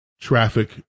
traffic